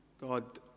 God